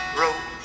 road